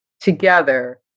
together